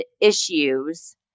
issues